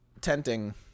tenting